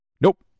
Nope